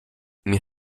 mir